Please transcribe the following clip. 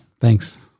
Thanks